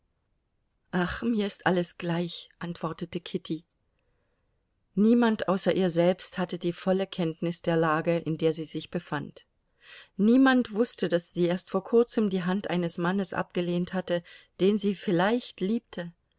ach mir ist alles gleich antwortete kitty niemand außer ihr selbst hatte die volle kenntnis der lage in der sie sich befand niemand wußte daß sie erst vor kurzem die hand eines mannes abgelehnt hatte den sie vielleicht liebte